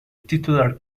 titular